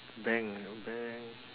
bank bank